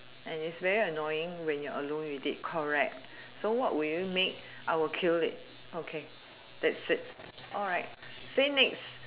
and it's very annoying when you're alone with it correct so what will you make I will kill it okay that's it alright say next